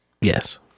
Yes